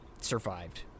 survived